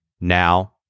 Now